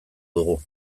dugu